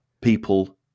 people